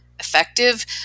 effective